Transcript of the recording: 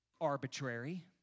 arbitrary